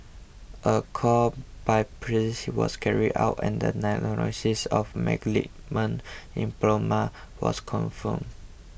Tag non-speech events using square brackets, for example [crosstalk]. a core biopsy was carried out and the [unintelligible] of [unintelligible] lymphoma was confirmed